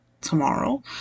tomorrow